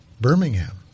Birmingham